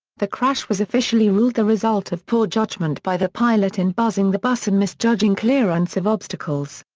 the crash was officially ruled the result of poor judgement by the pilot in buzzing the bus and misjudging clearance of obstacles.